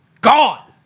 gone